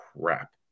crap